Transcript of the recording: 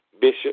Bishop